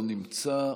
לא נמצא,